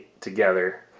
together